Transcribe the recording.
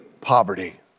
poverty